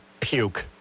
puke